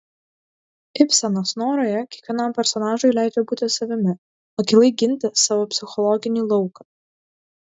ibsenas noroje kiekvienam personažui leidžia būti savimi akylai ginti savo psichologinį lauką